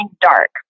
dark